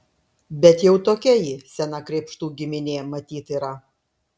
bet jau tokia ji sena krėpštų giminė matyt yra